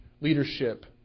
leadership